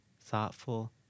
thoughtful